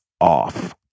off